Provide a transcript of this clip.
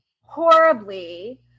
horribly